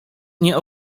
nie